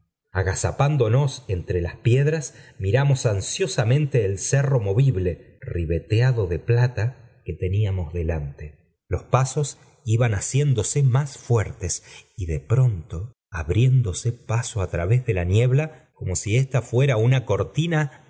agazapándola mtn l i piedras miramos ansiosamente el cerr movible ribeteado de plata que teníamos delante los pío sos iban haciéndose más fuertes y de pronto abriéndose paso á través do ln niebla como si ésta fuera una cortina